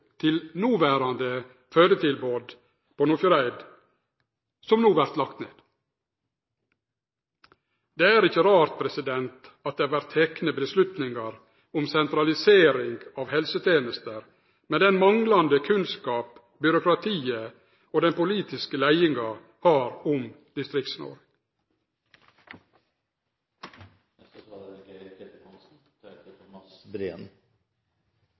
til noverande fødetilbod på Nordfjordeid som no vert lagt ned. Det er ikkje rart at det vert teke avgjerder om sentralisering av helsetenester med den manglande kunnskap byråkratiet og den politiske leiinga har om